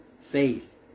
faith